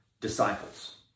disciples